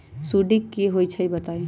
सुडी क होई छई बताई?